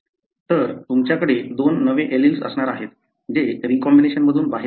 तर तुमच्याकडे दोन नवे एलील्स असणार आहेत जे रीकॉम्बिनेशन मधून बाहेर येत आहेत